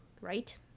right